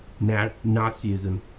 Nazism